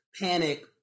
panic